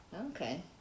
Okay